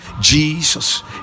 jesus